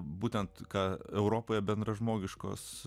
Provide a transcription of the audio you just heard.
būtent ką europoje bendražmogiškos